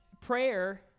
prayer